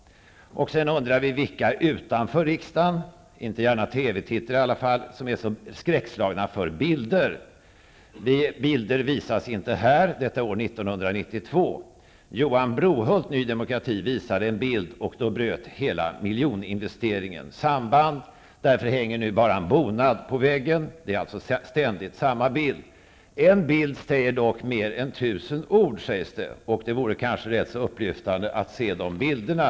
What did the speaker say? Sedan undrar vi vilka utanför riksdagen, det kan inte gärna vara TV-tittare, som är skräckslagna för bilder. Bilder visas inte här. Detta är år 1992. Johan Brohult, Ny demokrati, visade en bild, och då bröt hela miljoninvesteringen samman. Därför hänger nu bara en bonad på väggen. Det är alltså ständigt samma bild. En bild säger dock mer än tusen ord, sägs det. Det vore kanske rätt upplyftande att se de bilderna.